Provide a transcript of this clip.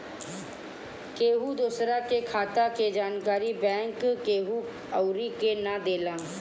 केहू दूसरा के खाता के जानकारी बैंक केहू अउरी के ना देला